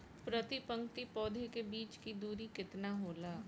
प्रति पंक्ति पौधे के बीच की दूरी केतना होला?